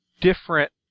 different